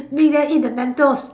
make them eat the mentos